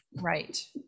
right